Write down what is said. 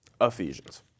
Ephesians